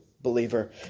believer